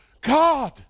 God